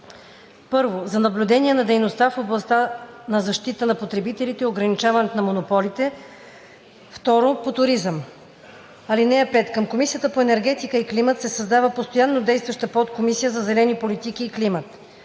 1. за наблюдение на дейността в областта на защитата на потребителите и ограничаването на монополите; 2. по туризъм. (5) Към Комисията по енергетика и климат се създава постоянно действаща подкомисия за зелени политики и климат.